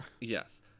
yes